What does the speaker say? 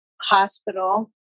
hospital